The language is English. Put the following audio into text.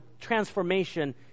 transformation